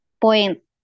point